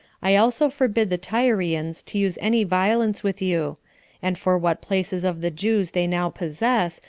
i also forbid the tyrians to use any violence with you and for what places of the jews they now possess,